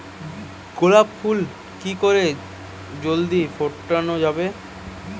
গোলাপ ফুল কি করে জলদি ফোটানো যাবে?